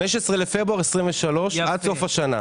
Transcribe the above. מ-15 בפברואר 2023 ועד סוף השנה.